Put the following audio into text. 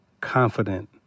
confident